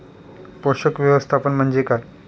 पोषक व्यवस्थापन म्हणजे काय?